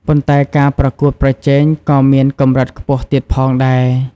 ប៉ុន្តែការប្រកួតប្រជែងក៏មានកម្រិតខ្ពស់ទៀតផងដែរ។